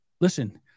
listen